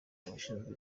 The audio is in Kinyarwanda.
abashinzwe